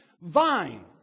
vine